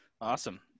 Awesome